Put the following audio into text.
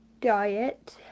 diet